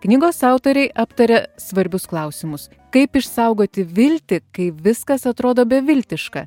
knygos autoriai aptaria svarbius klausimus kaip išsaugoti viltį kai viskas atrodo beviltiška